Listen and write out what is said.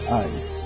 eyes